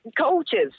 coaches